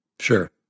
Sure